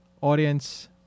audience